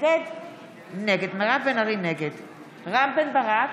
נגד רם בן ברק,